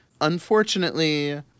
unfortunately